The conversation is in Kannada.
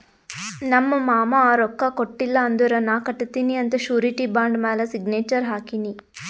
ನಮ್ ಮಾಮಾ ರೊಕ್ಕಾ ಕೊಟ್ಟಿಲ್ಲ ಅಂದುರ್ ನಾ ಕಟ್ಟತ್ತಿನಿ ಅಂತ್ ಶುರಿಟಿ ಬಾಂಡ್ ಮ್ಯಾಲ ಸಿಗ್ನೇಚರ್ ಹಾಕಿನಿ